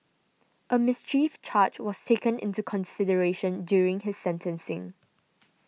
a mischief charge was taken into consideration during his sentencing